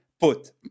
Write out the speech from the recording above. put